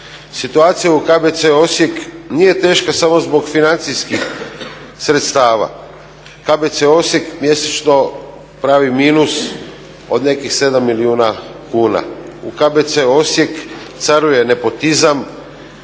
Situacija u KBC Osijek nije teška samo zbog financijskih sredstava. KBC Osijek mjesečno pravi minus od nekih 7 milijuna kuna. U KBC Osijek caruje nepotizam,